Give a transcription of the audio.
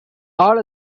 all